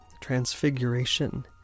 transfiguration